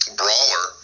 brawler